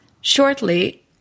Shortly